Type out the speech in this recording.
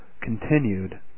continued